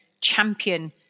champion